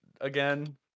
again